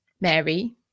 Mary